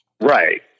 Right